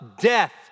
death